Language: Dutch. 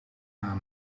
haar